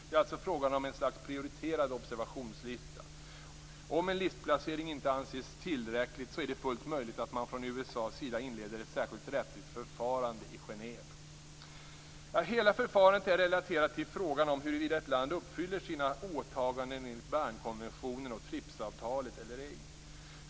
Det är alltså frågan om ett slags prioriterad observationslista. Om en listplacering inte anses tillräcklig, är det fullt möjligt att man från USA:s sida inleder ett särskilt rättsligt förfarande i Genève. Hela förfarandet är relaterat till frågan om huruvida ett land uppfyller sina åtaganden enligt Bernkonventionen och TRIPs-avtalet eller ej.